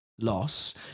loss